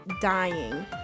dying